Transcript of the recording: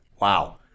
Wow